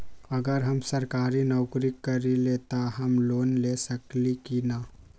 अगर हम सरकारी नौकरी करईले त हम लोन ले सकेली की न?